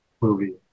movie